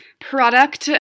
product